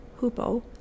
hupo